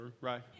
right